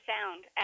sound